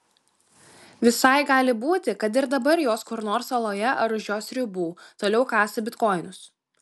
visai gali būti kad ir dabar jos kur nors saloje ar už jos ribų toliau kasa bitkoinus